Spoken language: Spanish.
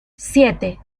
siete